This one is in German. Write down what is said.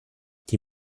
die